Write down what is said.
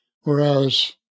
whereas